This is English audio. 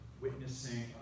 witnessing